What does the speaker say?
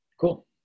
Cool